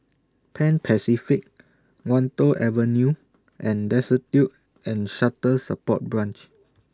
Pan Pacific Wan Tho Avenue and Destitute and Shelter Support Branch